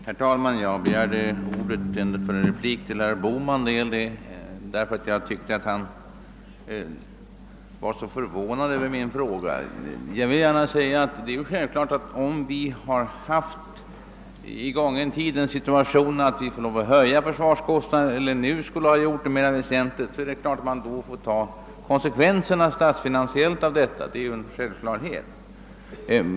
Herr talman! Jag begärde ordet för en replik till herr Bohman. Jag tyckte nämligen att han lät så förvånad över min fråga. Om vi i en gången tid haft den situationen att vi varit tvungna att höja försvarskostnaderna eller om vi nu hade en situation som skulle motivera en väsentlig höjning, så är det klart, att man får ta de statsfinansiella konsekvenserna av sådana höjningar.